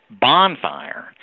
bonfire